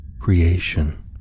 Creation